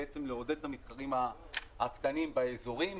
בעצם לעודד את המתחרים הקטנים באזורים.